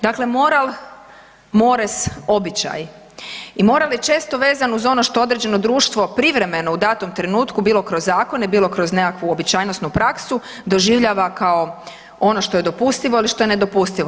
Dakle, moral, mores, običaj i moral je često vezan uz ono što određeno društvo privremeno u datom trenutku bilo kroz zakone, bilo kroz nekakvu uobičajenu praksu doživljava kao ono što je dopustivo ili što je nedopustivo.